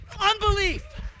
unbelief